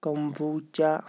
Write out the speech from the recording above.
kombucha